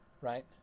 Right